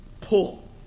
pull